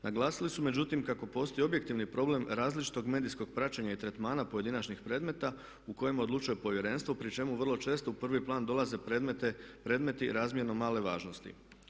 Naglasili su međutim kako postoji objektivni problem različitog medijskog praćenja i tretmana pojedinačnih predmeta u kojima odlučuje Povjerenstvo pri čemu vrlo često u prvi plan dolaze predmeti razmjerno male važnosti.